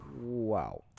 Wow